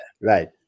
right